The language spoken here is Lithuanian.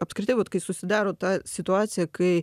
apskritai vat kai susidaro ta situacija kai